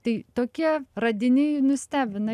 tai tokie radiniai nustebina